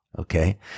Okay